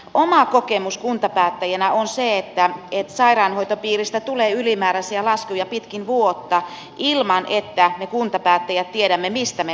oma kokemukseni kuntapäättäjänä on se että sairaanhoitopiiristä tulee ylimääräisiä laskuja pitkin vuotta ilman että me kuntapäättäjät tiedämme mistä me maksamme